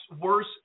worse